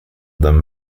them